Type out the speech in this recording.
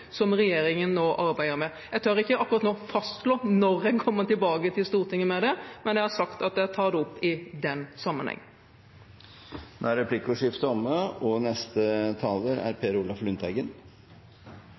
som regjeringen nå arbeider med. Jeg tør ikke akkurat nå fastslå når en kommer tilbake til Stortinget med dette, men jeg har sagt at jeg tar det opp i den sammenheng. Replikkordskiftet er omme.